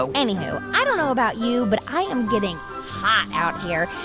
so anywho, i don't know about you, but i am getting hot out here.